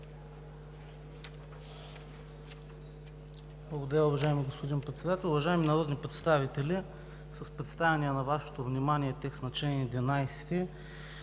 Благодаря, уважаеми господин Председател. Уважаеми народни представители, с представения на Вашето внимание текст на чл. 11,